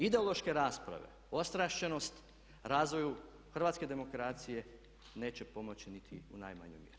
Ideološke rasprave, ostrašćenost razvoju hrvatske demokracije neće pomoći niti u najmanjoj mjeri.